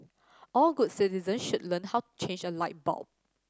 all good citizens should learn how to change a light bulb